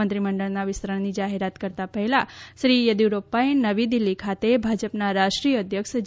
મંત્રીમંડળના વિસ્તરણની જાહેરાત કરતા પહેલા શ્રી યેદિપુરપ્પાએ નવી દિલ્ફી ખાતે ભાજપના રાષ્ટ્રીય અધ્યક્ષ જે